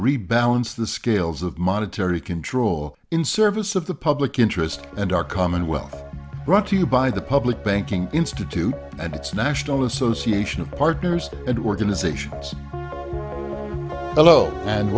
rebalance the scales of monetary control in service of the public interest and our common wealth brought to you by the public banking institute and its national association of partners and organizations hello and